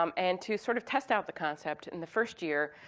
um and to sort of test out the concept in the first year,